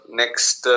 next